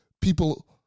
people